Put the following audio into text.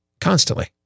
constantly